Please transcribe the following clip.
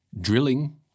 drilling